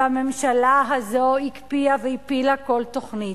והממשלה הזו הקפיאה והפילה כל תוכנית.